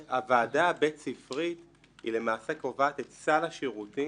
הוועדה הבית ספרית למעשה קובעת את סל השירותים,